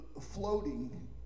floating